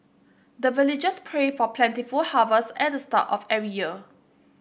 the villagers pray for plentiful harvest at the start of every year